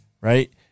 right